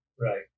Right